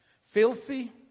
Filthy